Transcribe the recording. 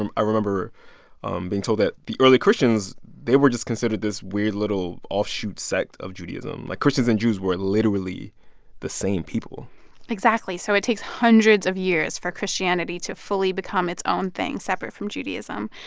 and i remember um being told that the early christians, they were just considered this weird, little offshoot sect of judaism. like, christians and jews were literally the same people exactly. so it takes hundreds of years for christianity to fully become its own thing separate from judaism.